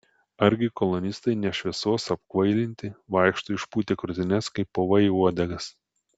argi kolonistai ne šviesos apkvailinti vaikšto išpūtę krūtines kaip povai uodegas